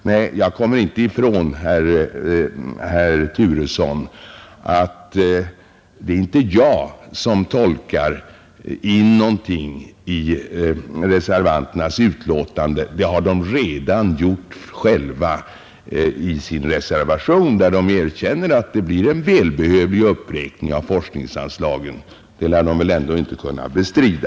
Nej, herr Turesson, det är inte jag som tolkar in någonting i reservanternas skrivning i betänkandet; det har de redan gjort själva då de i sin reservation erkänner att det blir en välbehövlig uppräkning av forskningsanslagen — det lär de väl ändå inte kunna bestrida.